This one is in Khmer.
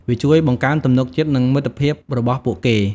វាជួយបង្កើនទំនុកចិត្ត និងមិត្តភាពរបស់ពួកគេ។